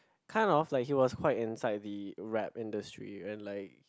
kind of like he was quite inside the rap industry and like